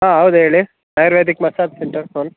ಹಾಂ ಹೌದು ಹೇಳಿ ಆಯುರ್ವೇದಿಕ್ ಮಸಾಜ್ ಸೆಂಟರ್ ಫೋನ್